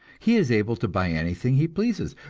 he is able to buy anything he pleases,